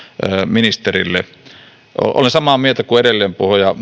ministerille olen samaa mieltä kuin edellinen puhuja